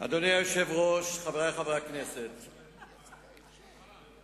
ביום ה' באייר התשס"ט (29 באפריל 2009):